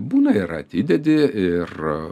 būna ir atidedi ir